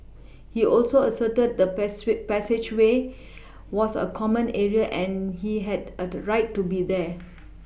he also asserted the pass way passageway was a common area and he had a right to be there